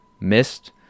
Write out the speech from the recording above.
missed